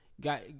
got